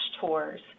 tours